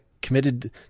committed